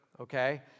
okay